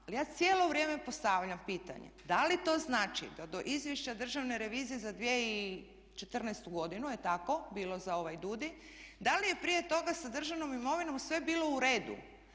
Ali ja cijelo vrijeme postavljam pitanje da li to znači da do izvješća Državne revizije za 2014. godinu, jel' tako bilo za ovaj DUDI, da li je prije toga sa državnom imovinom sve bilo u redu?